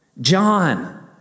John